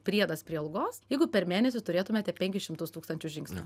priedas prie algos jeigu per mėnesį turėtumėte penkis šimtus tūkstančių žingsnių